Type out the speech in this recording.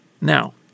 Now